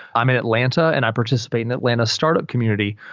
i'm in atlanta and i participate in atlanta startup community.